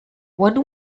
one